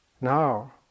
now